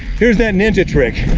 here's that niche trick,